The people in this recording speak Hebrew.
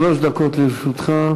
שלוש דקות לרשותך.